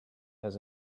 has